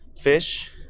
fish